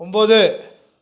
ஒம்பது